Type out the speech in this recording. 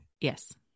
Yes